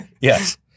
yes